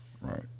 Right